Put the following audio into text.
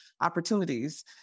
opportunities